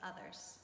others